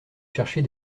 chercher